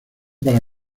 para